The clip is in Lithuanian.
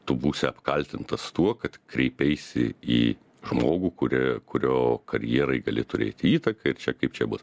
tu būsi apkaltintas tuo kad kreipeisi į žmogų kuri kurio karjerai gali turėti įtaką ir čia kaip čia bus